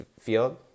field